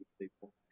people